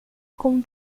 com